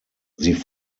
sie